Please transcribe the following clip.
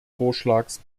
vorschlags